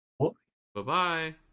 Bye-bye